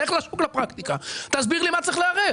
לך לשוק, לפרקטיקה, תסביר לי למה צריך להיערך.